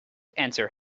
answer